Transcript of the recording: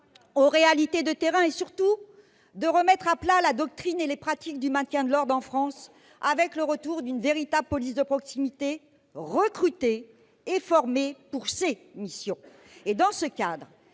aux réalités du terrain et, surtout, remettre à plat la doctrine et les pratiques du maintien de l'ordre en France, avec le retour d'une véritable police de proximité, recrutée et formée pour ces missions. Dans ce cadre,